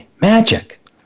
Magic